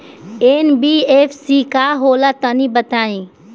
NBFC का होला तनि बताई?